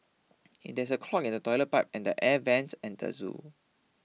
there is a clog in the Toilet Pipe and the Air Vents at the zoo